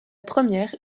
première